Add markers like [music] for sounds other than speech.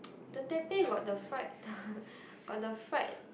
the Teppei got the fried [laughs] got the fried